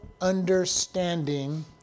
understanding